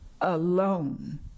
alone